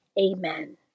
Amen